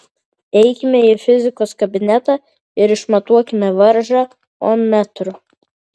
eikime į fizikos kabinetą ir išmatuokime varžą ommetru